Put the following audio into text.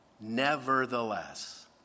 Nevertheless